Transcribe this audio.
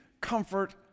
comfort